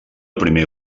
primer